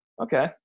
Okay